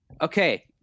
Okay